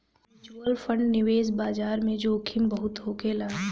mutual fund निवेश बाजार में जोखिम बहुत होखेला